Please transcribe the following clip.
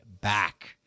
back